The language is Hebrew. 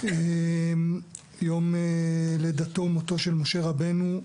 יום לידתו ומותו של משה רבנו,